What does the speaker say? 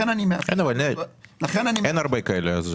אין הרבה כאלה.